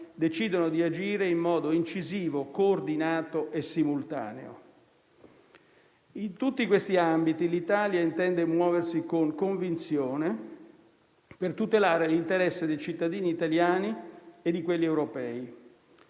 decidono di agire in modo incisivo, coordinato e simultaneo. In tutti questi ambiti l'Italia intende muoversi con convinzione per tutelare l'interesse dei cittadini italiani e di quelli europei.